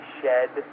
shed